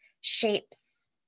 shapes